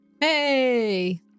Hey